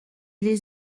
les